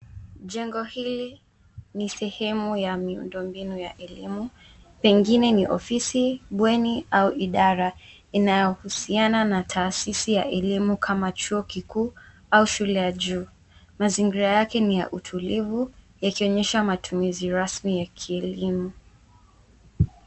Jengo hili ni sehemu ya miundo mbinu ya elimu pengine ni ofisi, bweni au idara inayo husiana na taasisi ya elimu kama chuo kikuu au shule ya juu. Mazingira yake ni ya utulivu yakionyesha mazingira rasmi ya kielimu.